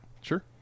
Sure